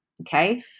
Okay